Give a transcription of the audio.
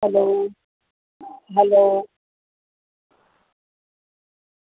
hello hello